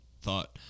thought